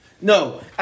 No